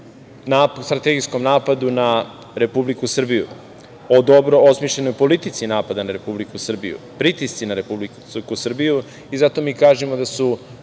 strategijskom napadu na Republiku Srbiju, o dobro osmišljenoj politici napada na Republiku Srbiju, pritisci na Republiku Srbiju i zato mi kažemo da u